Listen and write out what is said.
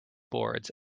boards